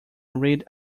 read